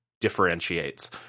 differentiates